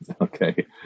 okay